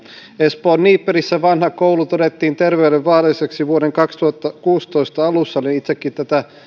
espoon niipperissä vanha koulu todettiin terveydelle vaaralliseksi vuoden kaksituhattakuusitoista alussa olin itsekin tätä